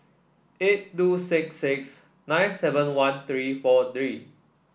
eight two six six nine seven one three four three